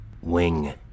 Wing